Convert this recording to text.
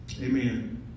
Amen